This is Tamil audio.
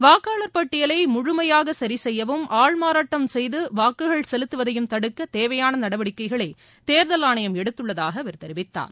வாக்காளர் பட்டியலை முழுமையாக சரிசெய்யவும் ஆள் மாறாட்டம் செய்து வாக்குகள் செலுத்துவதையும் தடுக்க தேவையாள நடவடிக்கைகளை தேர்தல் ஆணையம் எடுத்துள்ளதாக அவர் தெரிவித்தார்